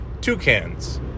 Toucans